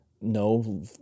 no